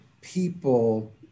people